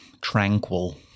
Tranquil